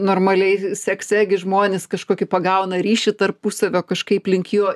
normaliai sekse gi žmonės kažkokį pagauna ryšį tarpusavio kažkaip link jo